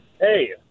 Hey